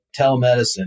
telemedicine